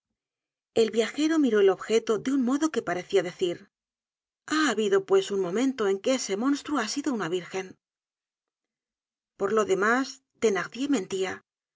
el viajero miró el objeto de un modo que parecia decir ha habido pues un momento en que ese monstruo ha sido una virgen i por lo demás thenardier mentia